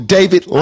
David